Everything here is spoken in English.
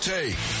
Take